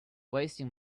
wasting